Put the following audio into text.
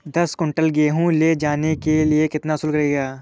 दस कुंटल गेहूँ ले जाने के लिए कितना शुल्क लगेगा?